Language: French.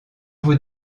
vous